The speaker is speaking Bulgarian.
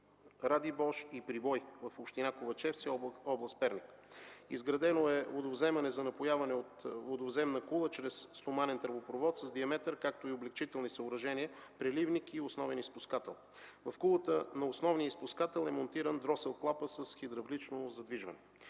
Радибош и Прибой в община Ковачевци, област Перник. Изградено е водовземане за напояване от водовземна кула чрез стоманен тръбопровод с диаметър, както и облекчителни съоръжения – преливник и основен изпускател. В кулата на основния изпускател е монтиран дросел-клапа с хидравлично задвижване.